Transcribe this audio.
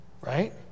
Right